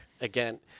Again